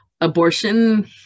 abortion